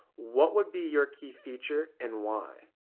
what would be your key feature and why?